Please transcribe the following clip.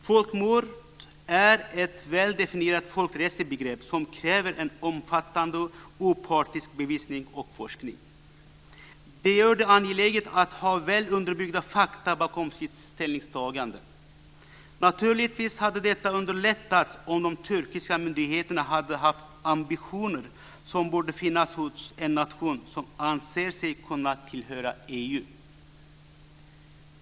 Folkmord är ett väl definierat folkrättsligt begrepp som kräver en omfattande och opartisk bevisning och forskning. Det gör det angeläget att ha väl underbyggda fakta bakom sitt ställningstagande. Naturligtvis hade detta underlättats om de turkiska myndigheterna hade haft den ambition som borde finnas hos en nation som anser sig kunna tillhöra EU.